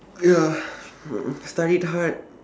ya mm mm studied hard